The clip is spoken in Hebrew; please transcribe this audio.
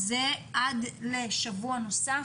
זה עד לשבוע נוסף,